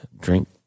drink